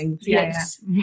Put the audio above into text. yes